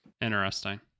Interesting